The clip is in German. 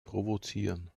provozieren